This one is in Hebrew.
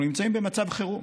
אנחנו נמצאים במצב חירום.